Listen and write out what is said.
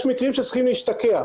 יש מקרים שצריכים להשתקע,